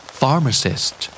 pharmacist